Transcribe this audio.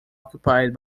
occupied